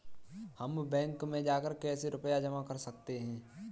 हम बैंक में जाकर कैसे रुपया जमा कर सकते हैं?